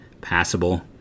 passable